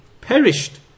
perished